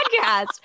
podcast